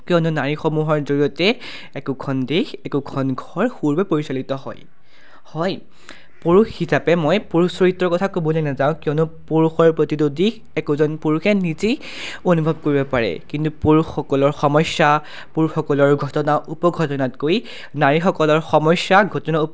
কিয়নো নাৰীসমূহৰ জৰিয়তে একোখন দেশ একোখন ঘৰ সুৰূপে পৰিচালিত হয় হয় পুৰুষ হিচাপে মই পুৰুষ চৰিত্ৰৰ কথা ক'বলৈ নাযাওঁ কিয়নো পুৰুষৰ প্ৰতিটো দিশ একোজন পুৰুষে নিজেই অনুভৱ কৰিব পাৰে কিন্তু পুৰুষসকলৰ সমস্যা পুৰুষসকলৰ ঘটনা উপঘটনাতকৈ নাৰীসকলৰ সমস্যা ঘটনা